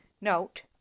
note